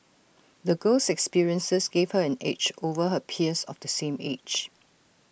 the girl's experiences gave her an edge over her peers of the same age